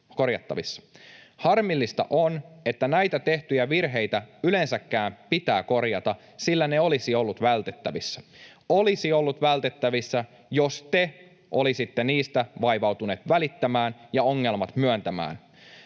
Harmillista on, että näitä tehtyjä virheitä yleensäkin pitää korjata, sillä ne olisivat olleet vältettävissä — olisivat olleet vältettävissä, jos te olisitte niistä vaivautuneet välittämään ja ongelmat myöntämään.